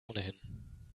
ohnehin